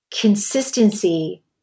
consistency